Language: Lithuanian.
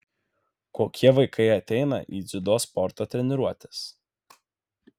kokie vaikai ateina į dziudo sporto treniruotes